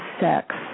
sex